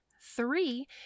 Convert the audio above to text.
Three